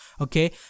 Okay